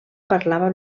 parlava